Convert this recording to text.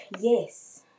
Yes